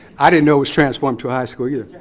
i didn't know it was transformed to a high school, either.